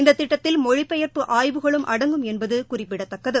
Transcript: இந்த திட்டத்தில் மொழிப் பெயா்ப்பு ஆய்வுகளும் அடங்கும் என்பது குறிப்பிடத்தக்கது